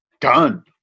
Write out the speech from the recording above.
done